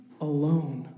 alone